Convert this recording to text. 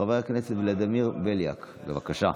חבר הכנסת ולדימיר בליאק, בבקשה.